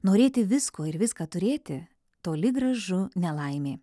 norėti visko ir viską turėti toli gražu ne laimė